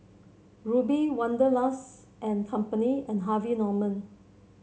Rubi Wanderlust and Company and Harvey Norman